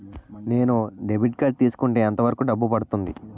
నేను debit card తీసుకుంటే ఎంత వరకు డబ్బు పడుతుంది?